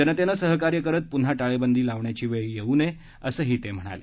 जनतेनं सहकार्य करत पुन्हा टाळेबंदी लावण्याची वेळ येऊ नये असंही ते म्हणाले